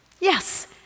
Yes